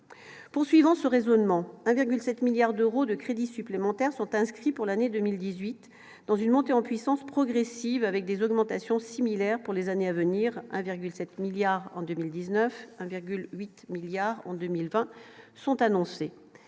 poursuivant ce raisonnement 1,7 milliards d'euros de crédits supplémentaires sont inscrits pour l'année 2018 dans une montée en puissance progressive avec des augmentations similaires pour les années à venir, 1,7 milliard en 2019, 1,8 milliards en 2020 sont annoncés